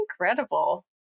incredible